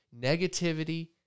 negativity